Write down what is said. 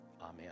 Amen